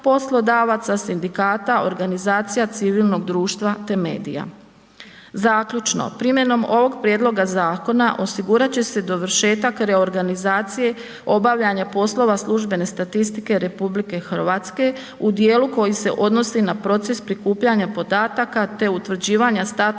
poslodavaca, sindikata, organizacija civilnog društva te medija. Zaključno, primjenom ovoga prijedloga zakona osigurat će se dovršetak reorganizacije obavljanja poslova službene statistike RH u dijelu koji se odnosi na proces prikupljanja podataka te utvrđivanja statusa